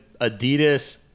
Adidas